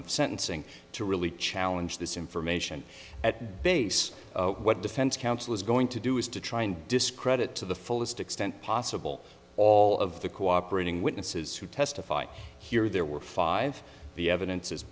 of sentencing to really challenge this information at base what defense counsel is going to do is to try and discredit to the fullest extent possible all of the cooperating witnesses who testified here there were five the evidence